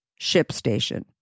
ShipStation